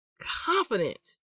confidence